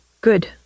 good